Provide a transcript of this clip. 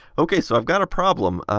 ok, so i've got a problem.